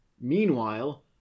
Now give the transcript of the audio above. Meanwhile